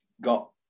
got